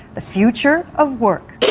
the future of work.